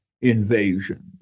invasion